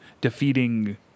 defeating